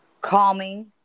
Calming